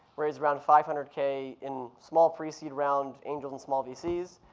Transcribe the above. raised around five hundred k in small free seed round angel and small vcs.